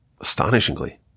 astonishingly